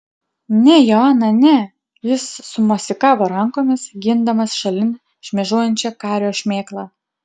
ne joana ne jis sumosikavo rankomis gindamas šalin šmėžuojančią kario šmėklą